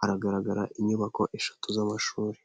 hagaragara inyubako eshatu z'amashuri.